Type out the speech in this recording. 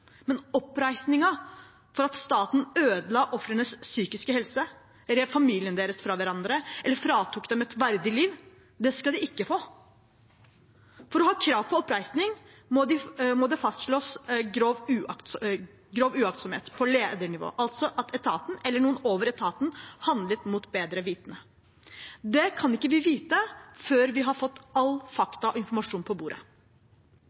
Men oppreisning for at staten ødela ofrenes psykiske helse, rev familien deres fra hverandre eller fratok dem et verdig liv, skal de ikke få. For å ha krav på oppreisning må det fastslås grov uaktsomhet på ledernivå, altså at etaten eller noen over etaten handlet mot bedre vitende. Det kan ikke vi vite før vi har fått alle fakta og all informasjon på bordet.